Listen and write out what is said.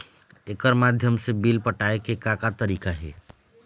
एकर माध्यम से बिल पटाए के का का तरीका हे?